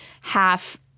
half